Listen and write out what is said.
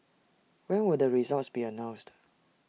when will the results be announced